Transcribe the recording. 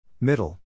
middle